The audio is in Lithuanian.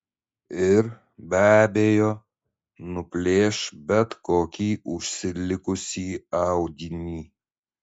ir be abejo nuplėš bet kokį užsilikusį audinį